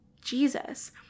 Jesus